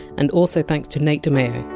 and also thanks to nate dimeo,